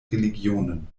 religionen